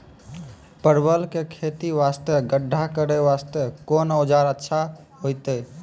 परवल के खेती वास्ते गड्ढा करे वास्ते कोंन औजार अच्छा होइतै?